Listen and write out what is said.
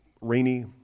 rainy